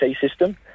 system